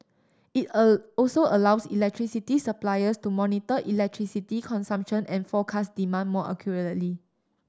it a also allows electricity suppliers to monitor electricity consumption and forecast demand more accurately